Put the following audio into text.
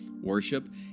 worship